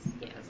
Yes